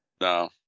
No